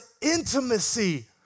intimacy